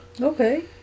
Okay